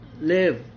live